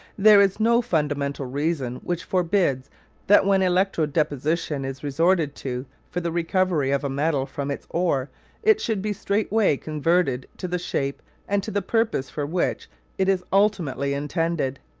there is no fundamental reason which forbids that when electro deposition is resorted to for the recovery of a metal from its ore it should be straightway converted to the shape and to the purpose for which it is ultimately intended.